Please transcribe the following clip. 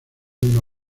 una